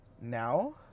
Now